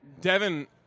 Devin